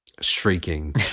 shrieking